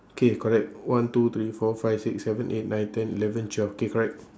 K correct one two three four five six seven eight nine ten eleven twelve K correct